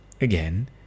again